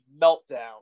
meltdown